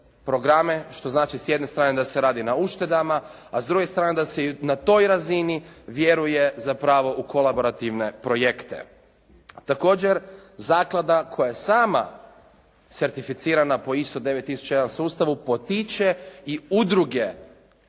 programe, što znači s jedne strane da se radi na uštedama, a s druge strane da se na toj razini vjeruje za pravo u kolaborativne projekte. Također zaklada koja je sama certificirana po ISO 9000 sustavu potiče i udruge